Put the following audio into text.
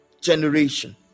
generation